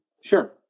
Sure